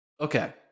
Okay